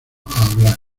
hablar